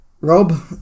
Rob